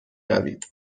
روید